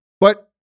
But-